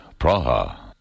Praha